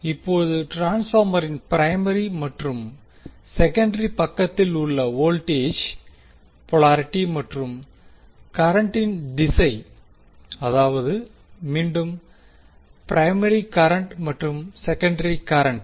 இப்போது ட்ரான்ஸ்பார்மரின் பிரைமரி மற்றும் செகண்டரி பக்கத்தில் உள்ள வோல்ட்டேஜ் போலாரிட்டி மற்றும் கரண்டின் திசை அதாவது மீண்டும் பிரைமரி கரண்ட் மற்றும் செகண்டரி கரண்ட்